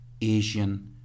Asian